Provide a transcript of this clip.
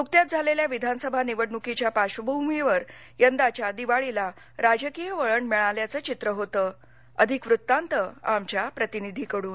नुकत्याच झालेल्या विधानसभा निवडणुकीच्या पार्श्वभूमीवर यंदाच्या दिवाळीला राजकीय वळण मिळाल्याच चित्र होतं अधिक वृत्तांत आमच्या प्रतिनिधी कडून